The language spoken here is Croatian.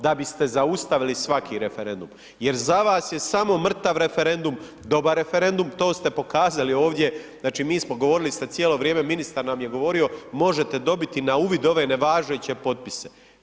Da biste zaustavili svaki referendum, jer za vas je samo mrtav referendum dobar referendum to ste pokazali ovdje, znači mi smo, govorili ste cijelo vrijeme, ministar nam je govorio možete dobiti na uvid ove nevažeće potpise.